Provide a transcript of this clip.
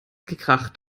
gekracht